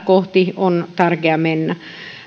kohti on tärkeää mennä